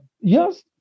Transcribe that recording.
yes